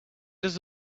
does